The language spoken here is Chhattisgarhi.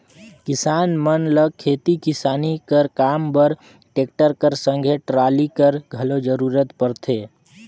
किसान मन ल खेती किसानी कर काम बर टेक्टर कर संघे टराली कर घलो जरूरत परथे